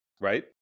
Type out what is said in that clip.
right